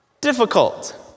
difficult